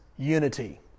unity